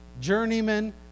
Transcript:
journeyman